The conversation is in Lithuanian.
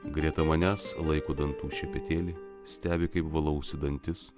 greta manęs laiko dantų šepetėlį stebi kaip valausi dantis